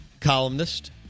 columnist